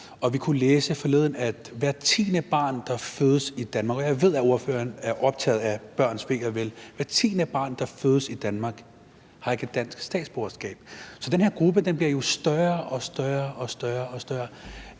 Og vi kunne forleden læse, at hvert tiende barn, der fødes i Danmark – og jeg ved, at ordføreren er optaget af børns ve og vel – ikke har et dansk statsborgerskab. Så den her gruppe bliver jo større og større og større.